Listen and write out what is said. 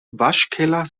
waschkeller